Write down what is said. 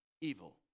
evil